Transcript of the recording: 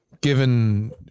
given